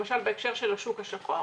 למשל בהקשר של השוק השחור,